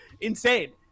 insane